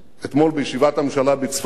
בישיבת הממשלה בצפת